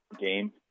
game